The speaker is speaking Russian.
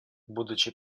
будучи